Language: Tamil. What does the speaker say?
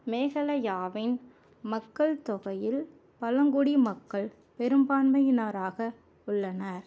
மேகாலயாவின் மக்கள் தொகையில் பழங்குடி மக்கள் பெரும்பான்மையினராக உள்ளனர்